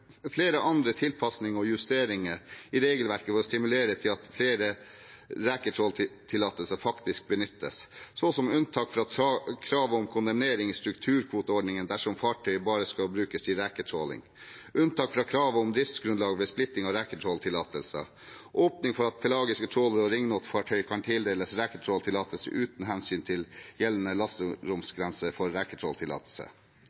flere andre tilpasninger og justeringer i regelverket for å stimulere til at flere reketråltillatelser faktisk benyttes, så som unntak fra krav om kondemnering i strukturkvoteordningen dersom fartøyet bare skal brukes til reketråling, unntak fra kravet om driftsgrunnlag ved splitting av reketråltillatelser og åpning for at pelagiske trålere og ringnotfartøy kan tildeles reketråltillatelse uten hensyn til gjeldende